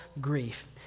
grief